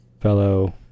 fellow